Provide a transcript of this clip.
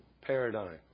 paradigm